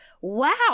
wow